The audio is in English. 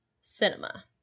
cinema